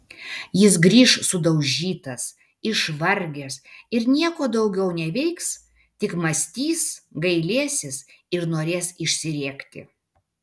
jis grįš sudaužytas išvargęs ir nieko daugiau neveiks tik mąstys gailėsis ir norės išsirėkti